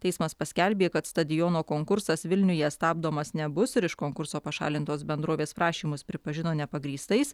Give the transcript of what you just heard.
teismas paskelbė kad stadiono konkursas vilniuje stabdomas nebus ir iš konkurso pašalintos bendrovės prašymus pripažino nepagrįstais